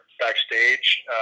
backstage